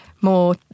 more